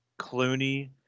Clooney